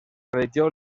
religió